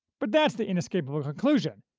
but that's the inescapable conclusion,